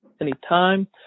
anytime